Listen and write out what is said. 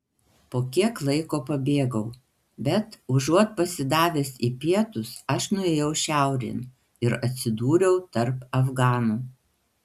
po kiek laiko pabėgau bet užuot pasidavęs į pietus aš nuėjau šiaurėn ir atsidūriau tarp afganų